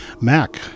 Mac